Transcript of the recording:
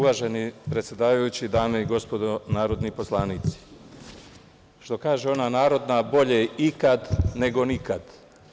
Uvaženi predsedavajući, dame i gospodo narodni poslanici, što kaže ona narodna – bolje ikad, nego nikad.